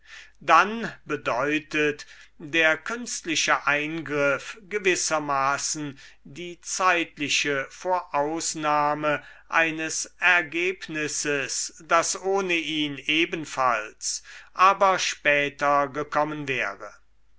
dann bedeutet der künstliche eingriff gewissermaßen die zeitliche vorausnahme eines ergebnisses das ohne ihn ebenfalls aber später gekommen wäre